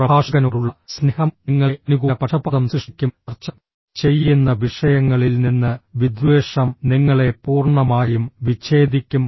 പ്രഭാഷകനോടുള്ള സ്നേഹം നിങ്ങളെ അനുകൂല പക്ഷപാതം സൃഷ്ടിക്കും ചർച്ച ചെയ്യുന്ന വിഷയങ്ങളിൽ നിന്ന് വിദ്വേഷം നിങ്ങളെ പൂർണ്ണമായും വിച്ഛേദിക്കും